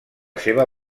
seva